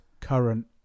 current